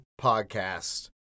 podcast